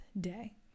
day